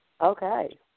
okay